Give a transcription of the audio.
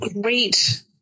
great